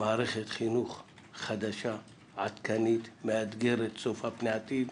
מערכת חינוך חדשה, עדכנית, מאתגרת, צופה פני עתיד.